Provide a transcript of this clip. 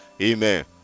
Amen